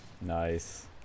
Nice